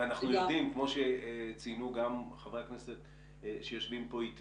ואנחנו יודעים כפי שציינו גם חברי הכנסת שיושבים פה איתי